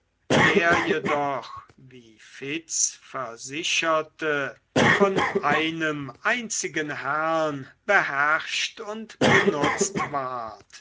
der jedoch wie fitz versicherte von einem einzigen herrn beherrscht und benutzt ward